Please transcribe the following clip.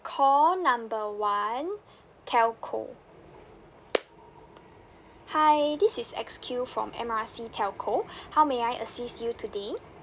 call number one telco hi this is X_Q from M R C telco how may I assist you today